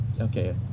Okay